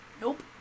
Nope